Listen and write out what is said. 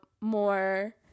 more